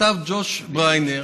הכתב ג'וש בריינר